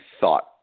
thought